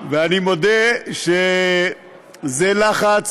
אנחנו מפעילים עליך לחץ